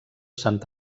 sant